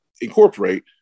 incorporate